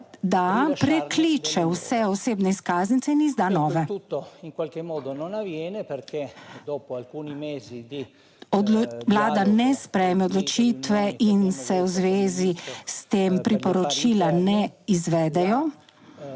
da prekliče vse osebne izkaznice in izda nove. Vlada ne sprejme odločitve in se v zvezi s tem priporočila ne izvedejo